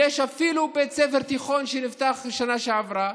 יש אפילו בית ספר תיכון שנפתח בשנה שעברה,